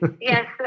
yes